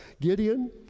Gideon